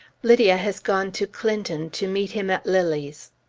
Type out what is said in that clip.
lydia has gone to clinton to meet him at lilly's.